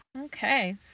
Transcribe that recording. Okay